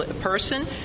person